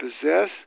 possess